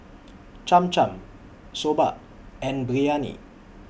Cham Cham Soba and Biryani